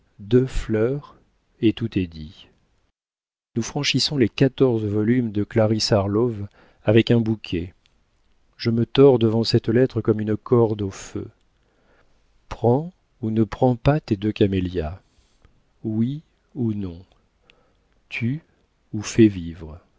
deux fleurs et tout est dit nous franchissons les quatorze volumes de clarisse harlowe avec un bouquet je me tords devant cette lettre comme une corde au feu prends ou ne prends pas tes deux camélias oui ou non tue ou fais vivre